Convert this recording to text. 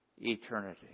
Eternity